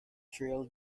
trail